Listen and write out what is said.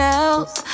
else